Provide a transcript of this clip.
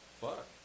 Fuck